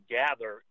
gather